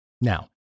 Now